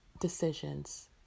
decisions